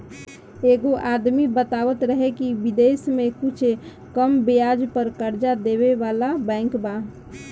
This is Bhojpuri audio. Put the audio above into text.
एगो आदमी बतावत रहे की बिदेश में कुछ कम ब्याज पर कर्जा देबे वाला बैंक बा